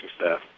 staff